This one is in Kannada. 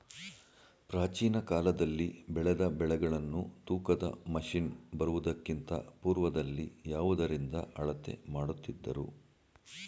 ಪ್ರಾಚೀನ ಕಾಲದಲ್ಲಿ ಬೆಳೆದ ಬೆಳೆಗಳನ್ನು ತೂಕದ ಮಷಿನ್ ಬರುವುದಕ್ಕಿಂತ ಪೂರ್ವದಲ್ಲಿ ಯಾವುದರಿಂದ ಅಳತೆ ಮಾಡುತ್ತಿದ್ದರು?